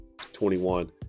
21